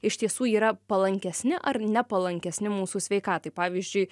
iš tiesų yra palankesni ar ne palankesni mūsų sveikatai pavyzdžiui